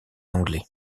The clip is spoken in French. anglais